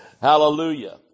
Hallelujah